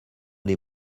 les